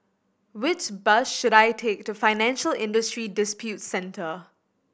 which bus should I take to Financial Industry Disputes Center